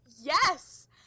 Yes